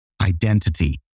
identity